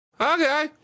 Okay